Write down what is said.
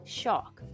shock